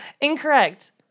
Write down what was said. Incorrect